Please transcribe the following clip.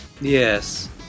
Yes